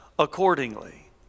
accordingly